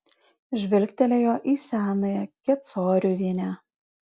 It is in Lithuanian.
žvilgtelėjo į senąją kecoriuvienę